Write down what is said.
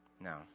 no